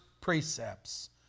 precepts